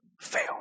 fail